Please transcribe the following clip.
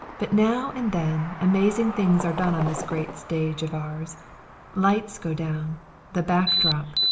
but now and then amazing things are done on this great stage of ours lights go down the back drop,